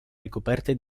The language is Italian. ricoperte